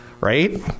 Right